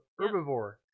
herbivore